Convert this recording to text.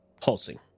pulsing